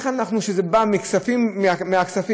כשזה בא מהכספים,